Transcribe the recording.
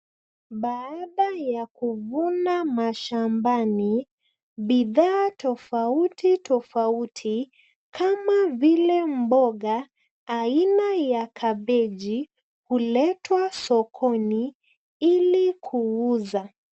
Baada ya kuvuna mashambani, bidhaa tofauti tofauti kama vile mboga aina ya kabeji huletwa sokoni ili kuuza.